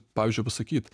pavyzdžiu pasakyt